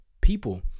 people